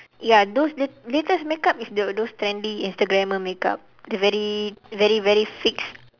ya those late latest makeup is the those trendy instagrammer makeup the very very very fix